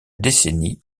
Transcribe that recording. décennie